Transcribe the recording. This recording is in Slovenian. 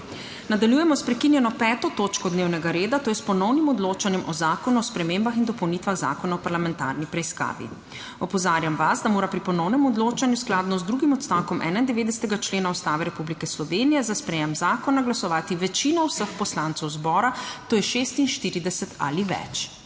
Nadaljujemo s prekinjeno 5. točko dnevnega reda - ponovno odločanje o Zakonu o spremembah in dopolnitvah Zakona o parlamentarni preiskavi. Opozarjam vas, da mora pri ponovnem odločanju skladno z drugim odstavkom 91. člena Ustave Republike Slovenije za sprejem zakona glasovati večina vseh poslancev zbora, to je 46 ali več.